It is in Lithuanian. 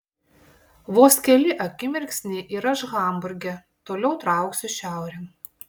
vos keli akimirksniai ir aš hamburge toliau trauksiu šiaurėn